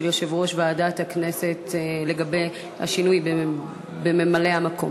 יושב-ראש ועדת הכנסת לגבי השינוי בממלאי-המקום.